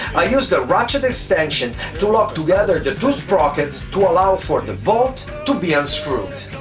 i used a ratchet extension to lock together the two sprockets to allow for the bolt to be unscrewed.